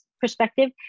perspective